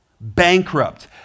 Bankrupt